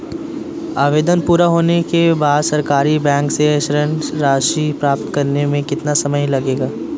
आवेदन पूरा होने के बाद सरकारी बैंक से ऋण राशि प्राप्त करने में कितना समय लगेगा?